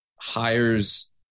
hires